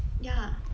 yeah